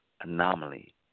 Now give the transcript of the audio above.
anomaly